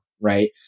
right